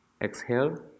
exhale